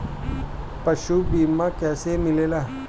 पशु बीमा कैसे मिलेला?